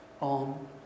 on